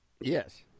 Yes